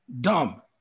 Dumb